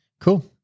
cool